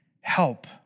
help